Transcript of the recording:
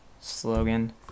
slogan